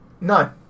No